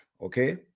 okay